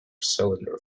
cylinder